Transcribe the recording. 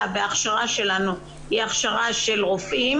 וההכשרה שלנו היא הכשרה של רופאים,